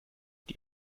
die